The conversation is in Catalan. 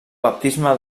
baptisme